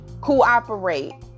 cooperate